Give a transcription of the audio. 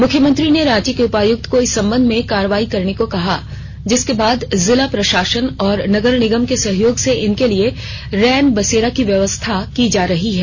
मुख्यमंत्री ने रांची के उपायुक्त को इस सम्बन्ध में कार्रवाई करने को कहा जिसके बाद जिला प्रशासन और नगर निगम के सहयोग से इनके लिए रैन बसेरा की व्यवस्था की जा रही है